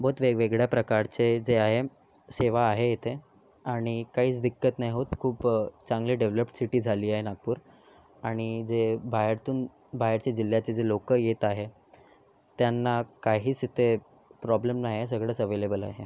बहोत वेगवेगळ्या प्रकारचे जे आहे सेवा आहे इथे आणि काहीच दिक्कत नाही होत खूप चांगली डेव्हलप सिटी झाली आहे नागपूर आणि जे बाहेरतून बाहेरचे जिल्ह्याचे जे लोक येत आहे त्यांना काहीच इथे प्रॉब्लेम नाहीये सगळंच अव्हेलेबल आहे